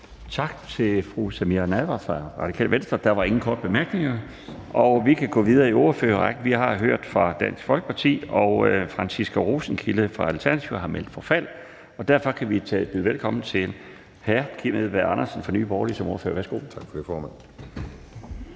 Tak til fru Samira Nawa fra Radikale Venstre. Der er ingen korte bemærkninger, og vi kan gå videre i ordførerrækken. Vi har hørt fra Dansk Folkeparti, og fru Franciska Rosenkilde fra Alternativet har meldt forfald, og derfor kan vi byde velkommen til hr. Kim Edberg Andersen fra Nye Borgerlige som ordfører. Værsgo. Kl. 15:22 (Ordfører)